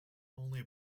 only